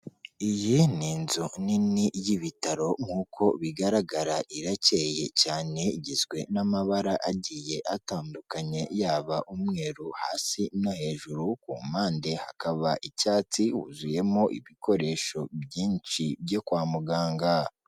Iyi ni inzu nini y'ibitaro, nk'uko bigaragara irakeye cyane, igizwe n'amabara agiye atandukanye, yaba umweru hasi no hejuru, ku mpande hakaba icyatsi, huzuyemo ibikoresho byinshi byo kwa muganga.